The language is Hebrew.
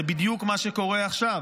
זה בדיוק מה שקורה עכשיו.